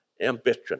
ambition